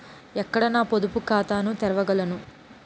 ఎక్కడ నా పొదుపు ఖాతాను తెరవగలను?